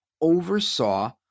oversaw